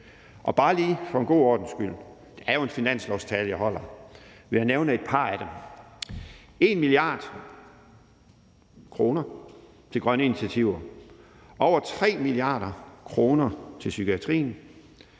Og bare lige for en god ordens skyld – det er jo en finanslovstale, jeg holder – vil jeg nævne et par af dem: 1 mia. kr. til grønne initiativer, over 3 mia. kr. til psykiatrien,